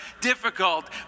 difficult